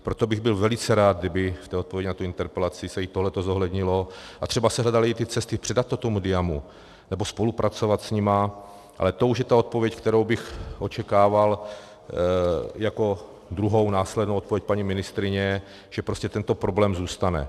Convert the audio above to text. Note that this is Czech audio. Proto bych byl velice rád, kdyby v té odpovědi na interpelaci se i tohleto zohlednilo a třeba se hledaly i ty cesty předat to tomu Diamu, nebo spolupracovat s nimi, ale to už je ta odpověď, kterou bych očekával jako druhou následnou odpověď paní ministryně, že prostě tento problém zůstane.